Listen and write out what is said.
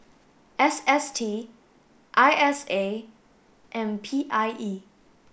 S S T I S A and P I E